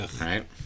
right